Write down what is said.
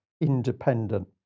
independent